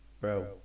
Bro